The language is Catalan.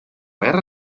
guerra